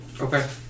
Okay